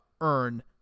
earn